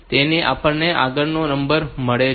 તેથી આપણને આગળનો નંબર મળે છે